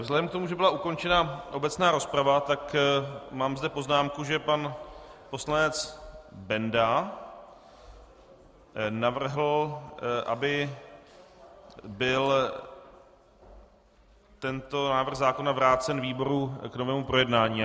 Vzhledem k tomu, že byla ukončena obecná rozprava, mám zde poznámku, že pan poslanec Benda navrhl, aby byl tento návrh zákona vrácen výboru k novému projednání.